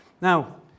Now